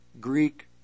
Greek